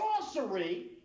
sorcery